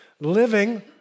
living